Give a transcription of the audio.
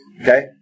Okay